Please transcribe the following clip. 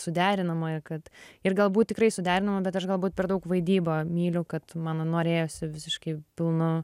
suderinama kad ir galbūt tikrai suderinama bet aš galbūt per daug vaidybą myliu kad man norėjosi visiškai pilnu